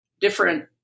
different